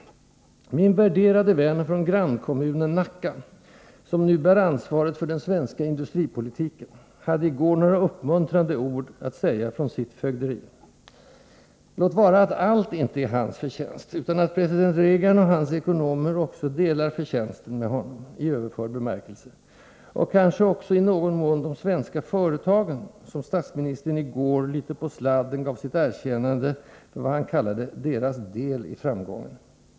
Min värderade vän från grannkommunen Nacka, som nu bär ansvaret för den svenska industripolitiken, hade i går några uppmuntrande ord att säga från sitt fögderi. Låt vara att allt inte är hans förtjänst, utan att president Reagan och hans ekonomer också delar förtjänsten med honom — i överförd bemärkelse — och kanske också, i någon mån, de svenska företagen, som statsministern i går, litet på sladden, gav sitt erkännande för vad han kallade deras ”del i framgången”.